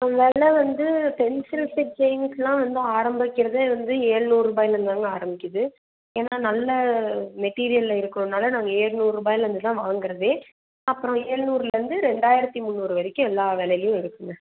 ஆ வெலை வந்து pencil fit ஜீன்ஸ்லாம் வந்து ஆரம்பிக்கிறதே வந்து ஏழுநூறுபாய்லிர்ந்துதாங்க ஆரம்பிக்கிறது ஏன்னால் நல்ல மெட்டீரியலில் இருக்கிறனால நாங்கள் ஏழுநூறுபாய்லிர்ந்து தான் வாங்குறதே அப்புறம் ஏழுநூறுலேர்ந்து ரெண்டாயிரத்தி முந்நூறு வரைக்கும் எல்லா விலையிலயும் இருக்குங்க